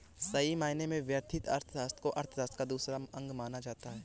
सही मायने में व्यष्टि अर्थशास्त्र को अर्थशास्त्र का दूसरा अंग माना जाता है